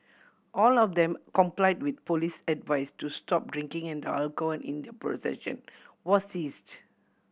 all of them complied with police advice to stop drinking and the alcohol in their possession was seized